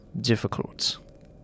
difficult